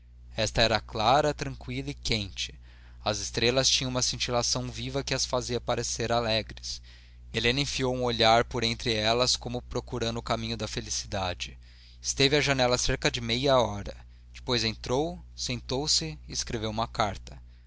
esta era clara tranqüila e quente as estrelas tinham uma cintilação viva que as fazia parecer alegres helena enfiou um olhar por entre elas como procurando o caminho da felicidade esteve à janela cerca de meia hora depois entrou sentou-se e escreveu uma carta